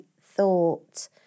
thought